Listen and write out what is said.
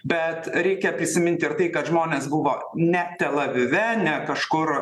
bet reikia prisiminti ir tai kad žmonės buvo ne tel avive ne kažkur